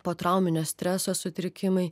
potrauminio streso sutrikimai